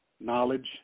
knowledge